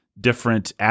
different